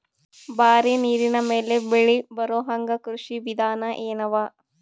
ಬರೀ ನೀರಿನ ಮೇಲೆ ಬೆಳಿ ಬರೊಹಂಗ ಕೃಷಿ ವಿಧಾನ ಎನವ?